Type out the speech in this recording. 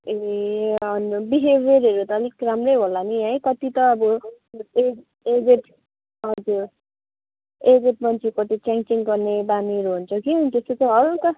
ए होइन बिहे गरेको त अलिक राम्रै होला नि है कत्ति त अब ए एजेड हजुर एजेड मान्छे कति च्याङच्याङ गर्ने बानीहरू हुन्छ कि अनि त्यो चाहिँ हलुका